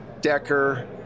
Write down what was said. Decker